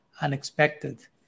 unexpected